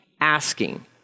asking